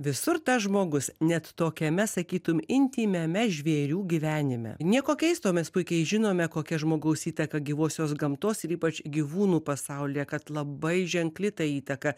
visur tas žmogus net tokiame sakytum intymiame žvėrių gyvenime nieko keisto mes puikiai žinome kokia žmogaus įtaka gyvosios gamtos ir ypač gyvūnų pasaulyje kad labai ženkli ta įtaka